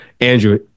Andrew